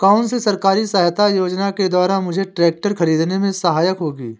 कौनसी सरकारी सहायता योजना के द्वारा मुझे ट्रैक्टर खरीदने में सहायक होगी?